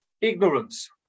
ignorance